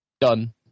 Done